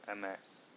MS